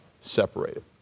separated